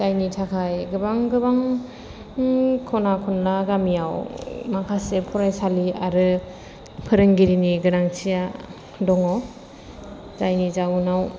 जायनि थाखाय गोबां गोबां खना खनला गामियाव माखासे फरायसालि आरो फोरोंगिरिनि गोनांथिया दङ जायनि जाउनाव